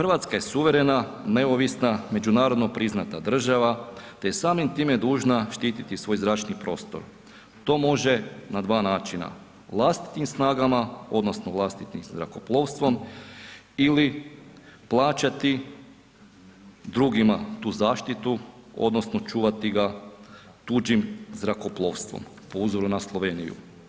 RH je suverena, neovisna, međunarodno priznata država, te je samim time dužna štititi svoj zračni prostor, to može na dva načina, vlastitim snagama odnosno vlastitim zrakoplovstvom ili plaćati drugima tu zaštitu odnosno čuvati ga tuđim zrakoplovstvom po uzoru na Sloveniju.